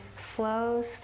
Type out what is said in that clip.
flows